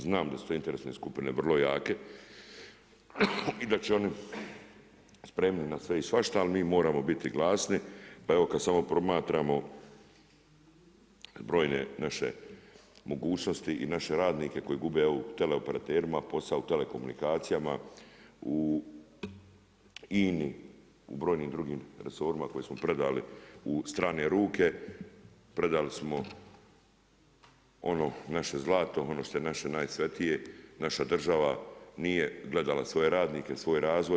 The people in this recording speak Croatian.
Znam da su te interesne skupine vrlo jake i da će oni spremni na sve i svašta, ali mi moramo biti glasni, pa evo kada samo promatramo brojne naše mogućnosti i naše radnike koji gube teleoperaterima posao u telekomunikacijama, u INA-i, u brojnim drugim resorima koje smo predali u strane ruke predali smo ono naše zlato, ono što je naše najsvetije, naša država nije gledala svoje radnike, svoj razvoj.